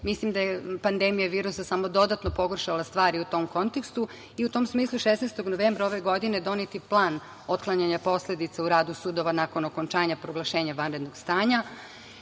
mislim da je pandemija virusa samo dodatno pogoršala stvari u tom kontekstu. U tom smislu, 16. novembra ove godine donet je plan otklanjanja posledica u radu sudova nakon okončanja proglašenja vanrednog stanja.